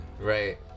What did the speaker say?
Right